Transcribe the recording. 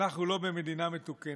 אנחנו לא במדינה מתוקנת.